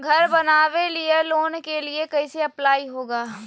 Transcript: घर बनावे लिय लोन के लिए कैसे अप्लाई होगा?